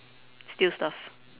steal stuff